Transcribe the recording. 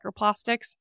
microplastics